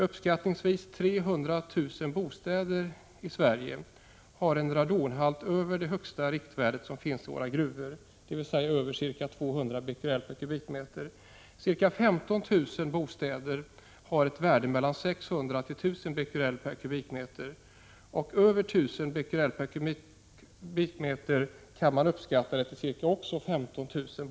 Uppskattningsvis 300 000 bostäder i Sverige har en radonhalt över högsta riktvärde för våra gruvor, dvs. över 200 bq m?, och antalet bostäder med en halt över 1 000 bq/m? kan också uppskattas till 15 000.